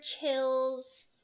chills